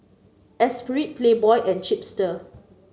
Espirit Playboy and Chipster